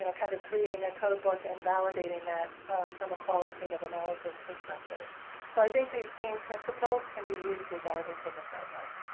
and kind of creating a codebook and validating that from a qualitative analysis perspective. so i think these same principles can be used regardless of the framework.